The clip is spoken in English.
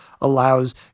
allows